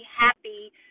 happy